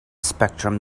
spectrum